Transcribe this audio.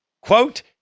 Quote